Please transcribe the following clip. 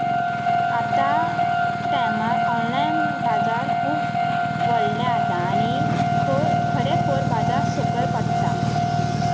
आतांच्या टायमार ऑनलायन बाजार खूब व्हडले जाता आनी खोर खरें खोर बाजार सकयल पडटा